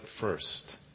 first